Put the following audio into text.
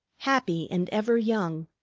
happy and ever young,